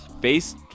face